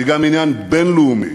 היא גם עניין בין-לאומי,